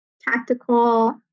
tactical